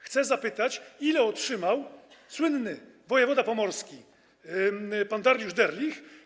Chcę zapytać, ile otrzymał słynny wojewoda pomorski pan Dariusz Derlich.